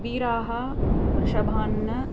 वीराः वृषभान्